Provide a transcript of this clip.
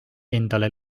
endale